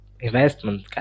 investment